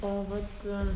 o vat